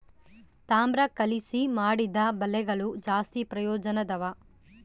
ತಾಮ್ರ ಕಲಿಸಿ ಮಾಡಿದ ಬಲೆಗಳು ಜಾಸ್ತಿ ಪ್ರಯೋಜನದವ